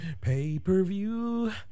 Pay-per-view